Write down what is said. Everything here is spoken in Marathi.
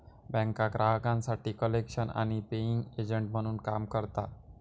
बँका ग्राहकांसाठी कलेक्शन आणि पेइंग एजंट म्हणून काम करता